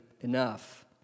enough